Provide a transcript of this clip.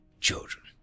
Children